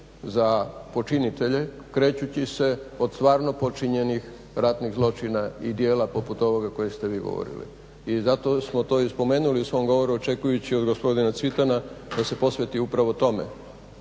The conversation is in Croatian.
za počinitelje krećući se od stvarno počinjenih ratnih zločina i dijela poput ovoga koje ste vi govorili. I zato smo to i spomenuli u svom govoru očekujući od gospodina Cvitana da se posveti upravo tome